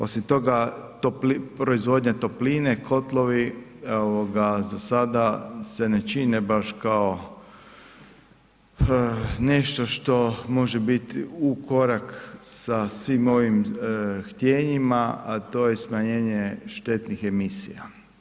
Osim toga proizvodnja topline, kotlovi zasada se ne čine baš kao nešto što može biti u korak sa svim ovim htjenjima a to je smanjenje štetnih emisija.